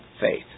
faith